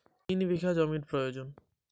একশো মন ধান উৎপাদন করতে জমির পরিমাণ কত লাগবে?